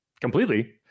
completely